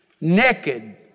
naked